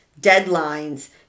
deadlines